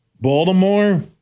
Baltimore